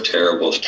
Terrible